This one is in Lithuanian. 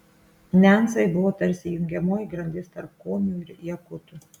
nencai buvo tarsi jungiamoji grandis tarp komių ir jakutų